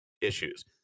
issues